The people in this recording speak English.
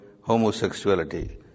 homosexuality